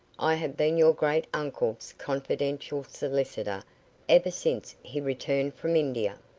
i have been your great uncle's confidential solicitor ever since he returned from india.